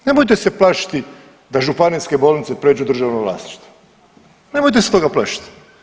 Nemojte se plašiti da županijske bolnice pređu u državno vlasništvo, nemojte se toga plašit.